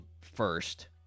First